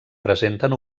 presenten